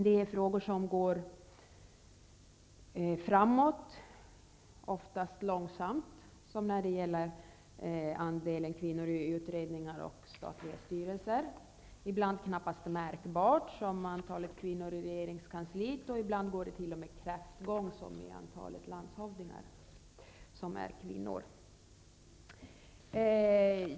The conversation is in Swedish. Det är frågor som oftast går framåt; ibland långsamt som t.ex. frågan om andelen kvinnor i utredningar och statliga styrelser, ibland knappast märkbart som frågan om antalet kvinnor i regeringskansliet. Ibland går man t.o.m. kräftgång som när det gäller antalet kvinnliga landshövdingar.